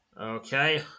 Okay